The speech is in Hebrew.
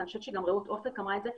ואני חושבת שגם רעות אופק אמרה את זה,